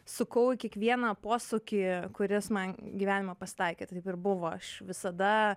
sukau į kiekvieną posūkį kuris man gyvenime pasitaikė taip ir buvo aš visada